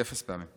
לדעתי אפס פעמים.